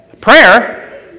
prayer